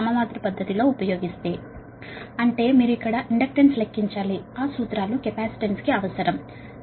అంటే ఇక్కడ మీరు ఇండక్టెన్స్ ని లెక్కించాలి ఆ సూత్రాలు కెపాసిటెన్స్ కు అవసరం